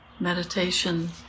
meditation